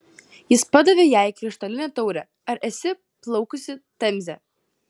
jis padavė jai krištolinę taurę ar esi plaukusi temze